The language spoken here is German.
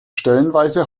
stellenweise